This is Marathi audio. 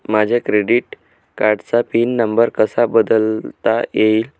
माझ्या क्रेडिट कार्डचा पिन नंबर कसा बदलता येईल?